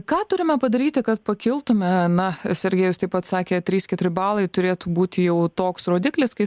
ką turime padaryti kad pakiltume na sergejus taip pat sakė trys keturi balai turėtų būti jau toks rodiklis kai